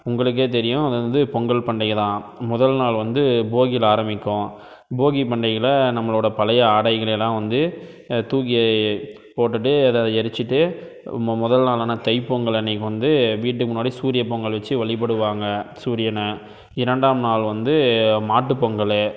உங்களுக்கே தெரியும் அது வந்து பொங்கல் பண்டிகை தான் முதல் நாள் வந்து போகியில் ஆரமிக்கும் போகி பண்டிகையில் நம்மளோடய பழைய ஆடைகளெலாம் வந்து தூக்கி போட்டுவிட்டு அதை எரிச்சுவிட்டு மு முதல் நாளான தை பொங்கல் அன்றைக்கு வந்து வீட்டுக்கு முன்னாடி சூரிய பொங்கல் வச்சு வழிபடுவாங்க சூரியனை இரண்டாம் நாள் வந்து மாட்டுப் பொங்கல்